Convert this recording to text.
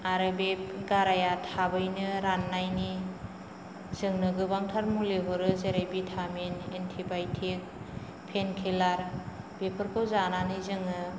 आरो बे गाराइया थाबैनो राननायनि जोंनो गोबांथार मुलि हरो जेरै भिटामिन एन्टिबायोटिक पेनकिलार बेफोरखौ जानानै जोङो